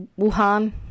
Wuhan